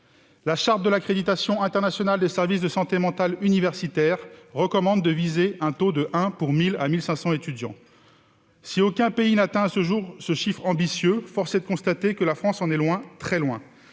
La Charte de l'accréditation internationale des services de santé mentale universitaire recommande de viser un taux de 1 psychologue pour 1 000 à 1 500 étudiants. Si aucun pays n'atteint à ce jour ce chiffre ambitieux, force est de constater que la France en est loin, très loin.